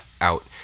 out